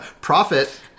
Profit